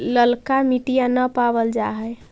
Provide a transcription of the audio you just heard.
ललका मिटीया न पाबल जा है?